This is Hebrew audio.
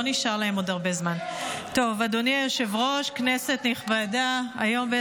טוב, אדוני היושב-ראש, כנסת נכבדה, היום,